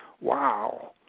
Wow